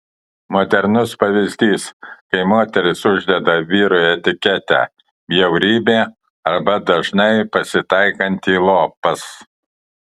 modernus pavyzdys kai moteris uždeda vyrui etiketę bjaurybė arba dažnai pasitaikantį lopas